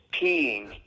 peeing